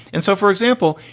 and so, for example,